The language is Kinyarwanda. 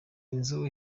inzu